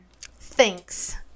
Thanks